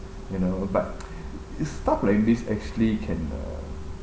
you know but stuff like this actually can uh